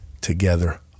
together